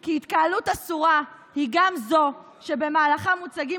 על כך כי התקהלות אסורה היא גם זו שבמהלכה מוצגים